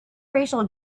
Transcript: racial